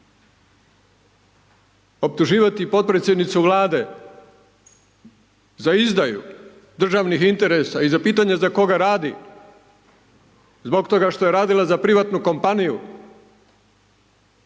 Optuživati potpredsjednicu Vlade za izdaju državnih interesa i za pitanje za koga radi, zbog toga što je radila za privatnu kompaniju,